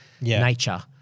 nature